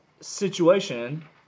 situation